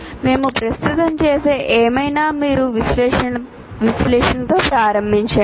మేము ప్రస్తుతం చూసే ఏమైనా మీరు విశ్లేషణతో ప్రారంభించండి